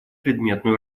предметную